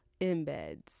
embeds